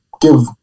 give